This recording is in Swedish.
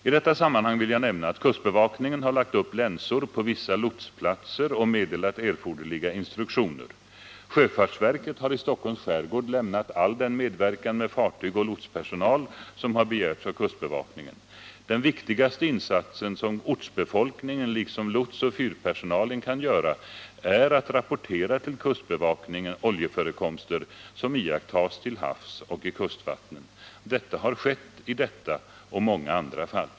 I detta sammanhang vill jag nämna att kustbevakningen har lagt upp länsor på vissa lotsplatser och meddelat erforderliga instruktioner. Sjöfartsverket har i Stockholms skärgård lämnat all den medverkan med fartyg och lotspersonal som har begärts av kustbevakningen. Den viktigaste insats som ortsbefolkningen liksom lotsoch fyrpersonalen kan göra är att rapportera till kustbevakningen oljeförekomster som iakttas till havs och i kustvattnen. Detta har skett i detta och i många andra fall.